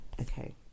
Okay